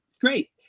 great